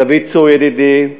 דוד צור ידידי,